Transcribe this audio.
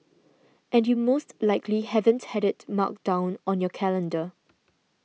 and you most likely haven't had it marked down on your calendar